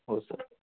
हो सर